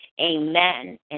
amen